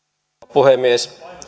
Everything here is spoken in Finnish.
puhemies